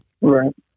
Right